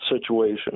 situation